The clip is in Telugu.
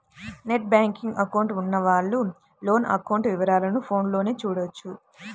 నెట్ బ్యేంకింగ్ అకౌంట్ ఉన్నవాళ్ళు లోను అకౌంట్ వివరాలను ఫోన్లోనే చూడొచ్చు